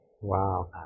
Wow